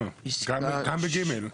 גם ב-(ג).